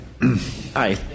Hi